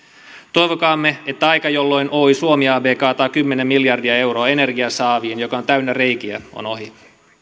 toivokaamme että aika jolloin oy suomi ab kaataa kymmenen miljardia euroa energiasaaviin joka on täynnä reikiä on ohi